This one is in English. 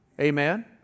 Amen